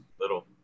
little